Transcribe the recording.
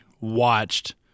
watched